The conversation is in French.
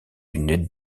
une